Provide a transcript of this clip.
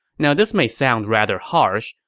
now this may sound rather harsh,